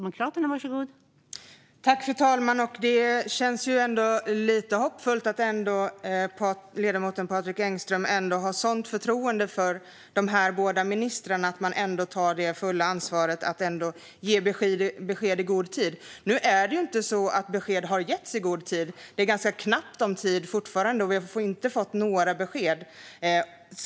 Fru talman! Det känns ändå lite hoppfullt att ledamoten Patrik Engström känner sådant förtroende för att de båda ministrarna tar det fulla ansvaret för att ge besked i god tid. Nu är det inte så att besked har getts i god tid. Det är ganska knappt om tid, och vi har fortfarande inte fått några besked.